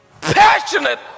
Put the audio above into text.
passionate